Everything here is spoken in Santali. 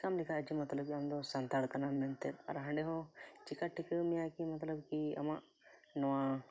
ᱪᱤᱠᱟᱢ ᱞᱮᱠᱷᱟᱜᱼᱟ ᱠᱤ ᱟᱢ ᱫᱚ ᱥᱟᱱᱛᱟᱲ ᱠᱟᱱᱟᱢ ᱢᱮᱱᱛᱮᱫ ᱟᱨ ᱦᱟᱸᱰᱮ ᱦᱚᱸ ᱪᱤᱠᱟᱭ ᱴᱷᱤᱠᱟᱹ ᱢᱮᱭᱟ ᱠᱤ ᱢᱚᱛᱞᱚᱵ ᱠᱤ ᱟᱢᱟᱜ ᱱᱚᱣᱟ